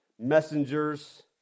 messengers